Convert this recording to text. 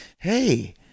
Hey